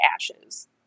ashes